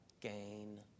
gain